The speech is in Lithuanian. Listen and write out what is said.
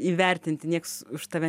įvertinti nieks už tave